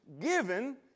given